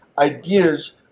ideas